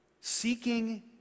seeking